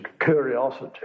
curiosity